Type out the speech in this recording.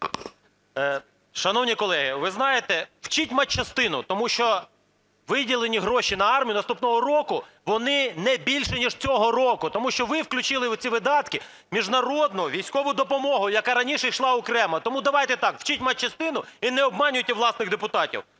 Шановні колеги, ви знаєте, вчіть матчастину, тому що виділені гроші на армію наступного року, вони не більше, ніж цього року, тому що ви включили ці видатки в міжнародну військову допомогу, яка раніше йшла окремо. Тому давайте так, вчіть матчастину і не обманюйте власних депутатів.